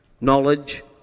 knowledge